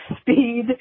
speed